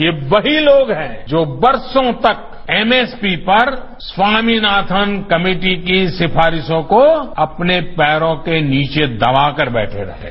ये वही लोग हैं जो बरसों तक एमएसपी पर स्वामीनाथन कमेटी की इन सिफारिशों को अपने पैरों के नीचे दबाकर बैठे हुए थे